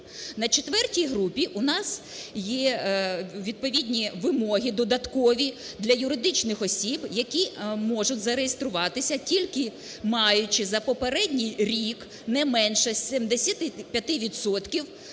На четвертій групі у нас є відповідні вимоги додаткові для юридичних осіб, які можуть зареєструватися, тільки маючи за попередній рік не менше 75